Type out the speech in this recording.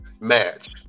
match